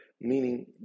Meaning